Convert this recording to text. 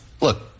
look